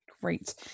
great